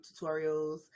tutorials